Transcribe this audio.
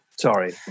Sorry